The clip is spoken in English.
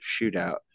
shootout